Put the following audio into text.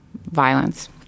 violence